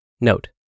Note